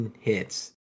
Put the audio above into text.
hits